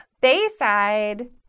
Bayside